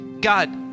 God